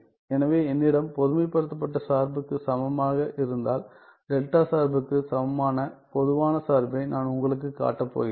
எனவேஎன்னிடம் பொதுமைப்படுத்தப்பட்ட சார்புக்கு சமமாக இருந்தால் டெல்டா சார்புக்கு சமமான பொதுவான சார்பை நான் உங்களுக்குக் காட்டப் போகிறேன்